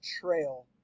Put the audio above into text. Trail